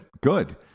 Good